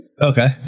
okay